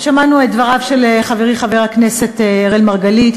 שמענו את דבריו של חברי חבר הכנסת אראל מרגלית,